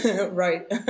Right